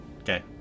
Okay